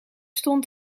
stond